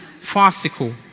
farcical